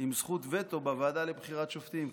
עם זכות וטו בוועדה לבחירת שופטים,